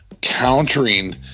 countering